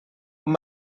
ond